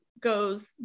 goes